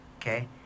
okay